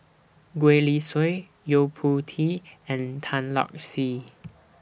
Gwee Li Sui Yo Po Tee and Tan Lark Sye